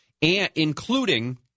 including